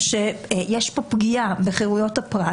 שיש בהן פגיעה בחרויות הפרט,